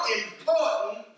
important